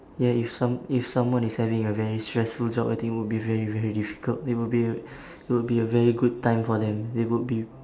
ya if some~ if someone is having a very stressful job I think would be very very difficult they would be a it would be a very good time for them they would be